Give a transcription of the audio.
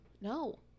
no